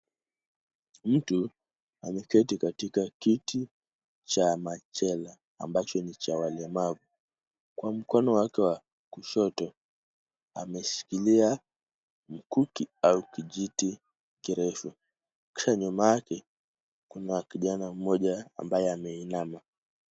Mtu ameketi katika kiti cha machela ambacho ni cha walemavu. Kwa mkono wake wa kushoto ameshikilia mkuki au kijiti kirefu kisha nyuma yake kuna kijana mmoja ambaye ameinama.